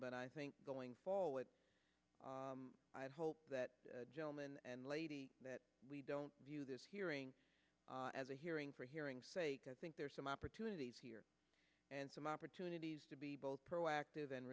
but i think going forward i hope that gentleman and lady that we don't view this hearing as a hearing for hearing sake i think there are some opportunities here and some opportunities to be both proactive and